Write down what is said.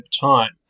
time